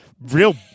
real